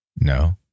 No